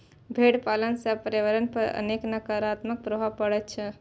भेड़ पालन सं पर्यावरण पर अनेक नकारात्मक प्रभाव पड़ै छै